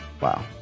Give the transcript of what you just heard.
wow